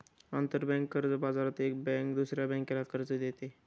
आंतरबँक कर्ज बाजारात एक बँक दुसऱ्या बँकेला कर्ज देते